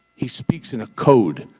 he speaks in a code.